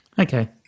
Okay